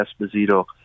Esposito